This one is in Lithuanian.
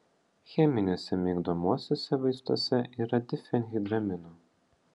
cheminiuose migdomuosiuose vaistuose yra difenhidramino